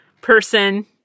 person